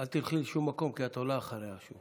אל תלכי לשום מקום, כי את עולה אחריה שוב.